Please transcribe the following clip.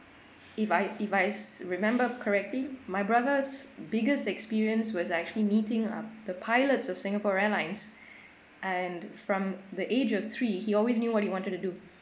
if I if I s~ remember correctly my brother's biggest experience was actually meeting up the pilots of singapore airlines and from the age of three he always knew what he wanted to do